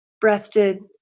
breasted